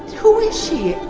who is she!